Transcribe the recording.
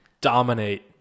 Dominate